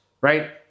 right